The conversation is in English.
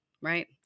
right